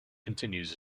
continues